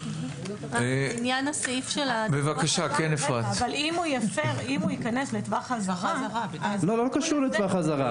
אם הוא ייכנס לטווח אזהרה --- לא קשור לטווח אזהרה.